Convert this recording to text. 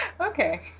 Okay